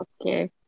Okay